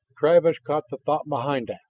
travis caught the thought behind that.